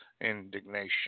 indignation